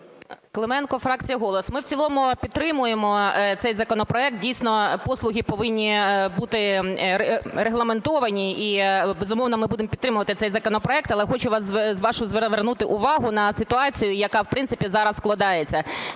Клименко, фракція "Голос". Ми в цілому підтримуємо цей законопроект. Дійсно, послуги повинні бути регламентовані. І, безумовно, ми будемо підтримувати цей законопроект. Але хочу вашу звернути увагу на ситуацію, яка, в принципі, зараз складається.